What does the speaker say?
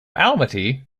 almaty